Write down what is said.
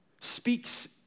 speaks